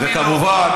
וכמובן,